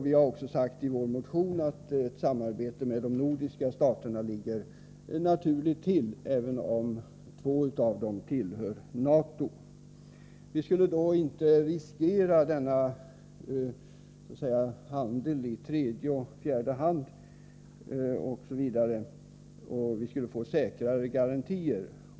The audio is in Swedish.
Vi har i vår motion också framhållit att samarbete med de nordiska länderna ligger naturligt till, även om två av dem tillhör NATO. Vi skulle i det sammanhanget inte riskera handel i tredje och fjärde hand osv., och vi skulle få säkrare garantier.